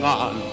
on